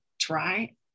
try